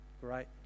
Great